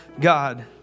God